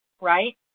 right